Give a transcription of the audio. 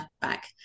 back